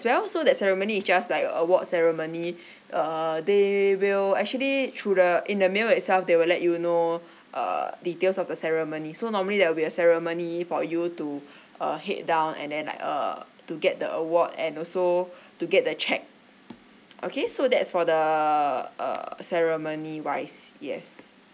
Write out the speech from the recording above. well so that ceremony just like an award ceremony err they will actually through the in the mail itself they will let you know uh details of the ceremony so normally there'll be a ceremony for you to err head down and then like err to get the award and also to get the cheque okay so that's for the uh ceremony wise yes